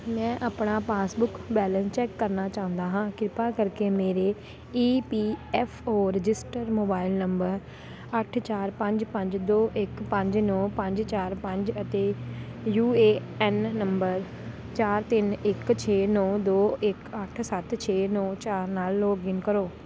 ਮੈਂ ਆਪਣਾ passbook balance check ਕਰਨਾ ਚਾਹੁੰਦਾ ਹਾਂ ਕਿਰਪਾ ਕਰਕੇ ਮੇਰੇ E P F O register mobile number ਅੱਠ ਚਾਰ ਪੰਜ ਪੰਜ ਦੋ ਇੱਕ ਪੰਜ ਨੌਂ ਪੰਜ ਚਾਰ ਪੰਜ ਅਤੇ ਯੂ ਏ ਐੱਨ ਨੰਬਰ ਚਾਰ ਤਿੰਨ ਇੱਕ ਛੇ ਨੌਂ ਦੋ ਇੱਕ ਅੱਠ ਸੱਤ ਛੇ ਨੌਂ ਚਾਰ ਨਾਲ ਲੌਗਇਨ ਕਰੋ